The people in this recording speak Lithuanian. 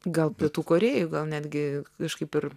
gal pietų korėjoj gal netgi kažkaip ir